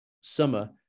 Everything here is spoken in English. summer